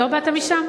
לא באת משם?